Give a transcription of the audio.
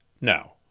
Now